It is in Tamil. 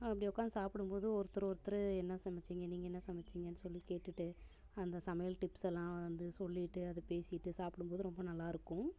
அப்படி உட்காந்து சாப்பிடும் போது ஒருத்தர் ஒருத்தர் என்ன சமைச்சிங்க நீங்கள் என்ன சமைச்சிங்க சொல்லி கேட்டுவிட்டு அந்த சமையல் டிப்ஸ்ஸெல்லாம் வந்து சொல்லிட்டு அதை பேசிகிட்டு சாப்பிடும் போது ரொம்ப நல்லாயிருக்கும்